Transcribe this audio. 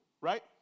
Right